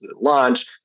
launch